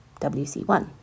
WC1